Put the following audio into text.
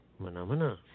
Manamana